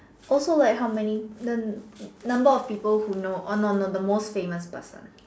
also like how many nun~ number of people who know uh no no no the most famous person